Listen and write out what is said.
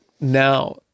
now